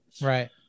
Right